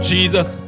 Jesus